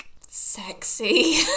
sexy